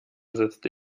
setzte